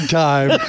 time